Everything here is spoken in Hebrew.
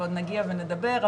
ועוד נגיע ונדבר.